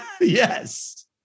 Yes